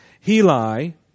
Heli